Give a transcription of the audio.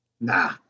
Nah